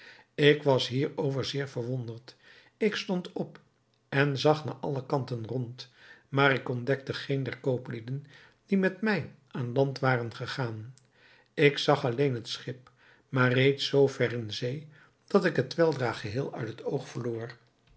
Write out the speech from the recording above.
ik was hierover zeer verwonderd ik stond op en zag naar alle kanten rond maar ik ontdekte geen der kooplieden die met mij aan land waren gegaan ik zag alleen het schip maar reeds zoo ver in zee dat ik het weldra geheel uit het oog verloor